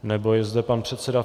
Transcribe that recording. Nebo je zde pan předseda...?